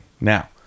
Now